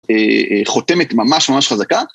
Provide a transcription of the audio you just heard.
‫חותמת ממש ממש חזקה.